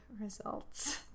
results